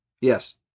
Yes